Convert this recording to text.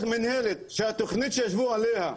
שהתוכנית שישבו עליה,